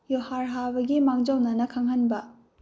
ꯌꯨꯍꯥꯔ ꯍꯥꯕꯒꯤ ꯃꯥꯡꯖꯧꯅꯅ ꯈꯪꯍꯟꯕ